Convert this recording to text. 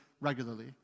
regularly